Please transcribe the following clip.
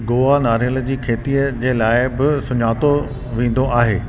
गोवा नारियल जी खेती जे लाइ बि सुञातो वेंदो आहे